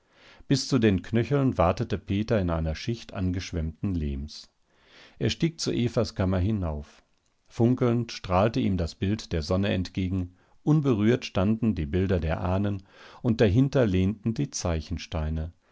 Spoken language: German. bis zu den knöcheln watete peter in einer schicht angeschwemmten lehms er stieg zu evas kammer hinauf funkelnd strahlte ihm das bild der sonne entgegen unberührt standen die bilder der ahnen und dahinter lehnten die